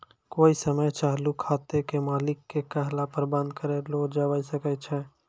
कोइ समय चालू खाते के मालिक के कहला पर बन्द कर लो जावै सकै छै